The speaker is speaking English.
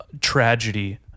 tragedy